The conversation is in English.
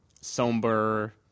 somber